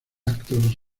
actos